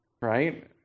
Right